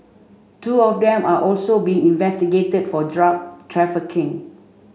two of them are also being investigated for drug trafficking